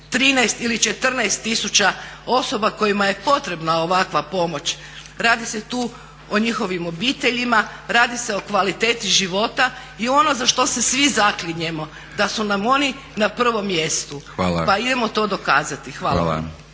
13 ili 14 tisuća osoba kojima je potrebna ovakva pomoć, radi se tu o njihovim obiteljima, radi se o kvaliteti života i ono za što se svi zaklinjemo da su nam oni na prvom mjestu pa idemo to dokazati. Hvala